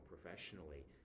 professionally